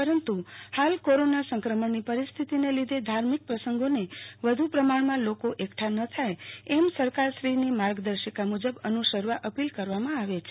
પરંતુ હાલ કોરોના સંક્રમણની પરિસ્થિતિને લીધે ધાર્મિક પ્રસંગોને વધુ પ્રમાણમાં લોકો એકઠા ન થાય એમ સરકારશ્રીની માર્ગદર્શિકા મુજબ અનુસરવા અપિલ કરવામાં આવે છે